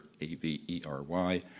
a-v-e-r-y